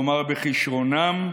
כלומר בכישרונם,